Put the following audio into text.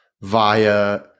via